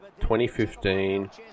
2015